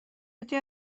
ydy